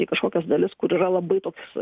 į kažkokias dalis kur yra labai toks